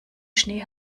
schnee